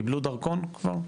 קיבלו דרכון כבר?